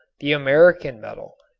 the american metal.